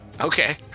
Okay